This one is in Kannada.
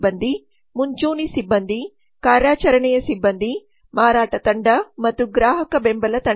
ಸಿಬ್ಬಂದಿ ಮುಂಚೂಣಿ ಸಿಬ್ಬಂದಿ ಕಾರ್ಯಾಚರಣೆಯ ಸಿಬ್ಬಂದಿ ಮಾರಾಟ ತಂಡ ಮತ್ತು ಗ್ರಾಹಕ ಬೆಂಬಲ ತಂಡ